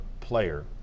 player